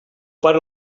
pare